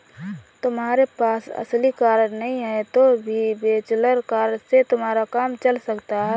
तुम्हारे पास असली कार्ड नहीं है तो भी वर्चुअल कार्ड से तुम्हारा काम चल सकता है